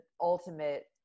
ultimate